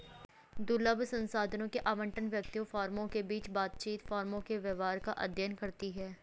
दुर्लभ संसाधनों के आवंटन, व्यक्तियों, फर्मों के बीच बातचीत, फर्मों के व्यवहार का अध्ययन करती है